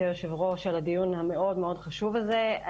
יושבת הראש על הדיון המאוד חשוב הזה.